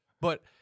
But-